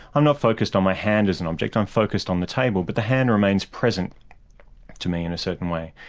i'm not focused on my hand as an object, i'm focused on the table, but the hand remains present to me in a certain way.